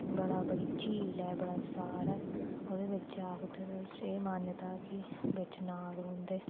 बड़ा बड़ी झील ऐ बड़ा सार ऐ ओह्दे बिच आखदे की मान्यता ऐ कि बिच नाग रौह्दे